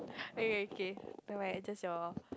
okay okay never mind is just your